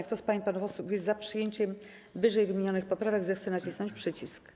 Kto z pań i panów posłów jest za przyjęciem ww. poprawek, zechce nacisnąć przycisk.